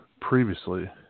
previously